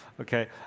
Okay